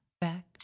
back